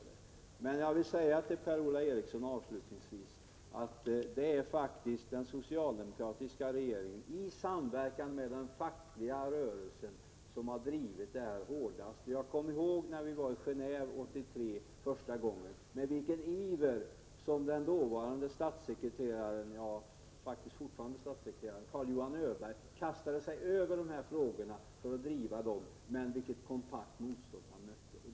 Avslutningsvis vill jag säga till Per-Ola Eriksson att det är den socialdemokratiska regeringen, i samverkan med den fackliga rörelsen, som har drivit kraven hårdast på det här området. Jag kommer ihåg när vi var i Geneve första gången 1983, med vilken iver den dåvarande statssekreteraren — ja, han är faktiskt fortfarande statssekreterare — Carl Johan Åberg kastade sig över de här frågorna för att driva dem och vilket kompakt motstånd han mötte.